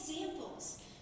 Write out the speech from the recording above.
examples